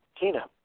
Tina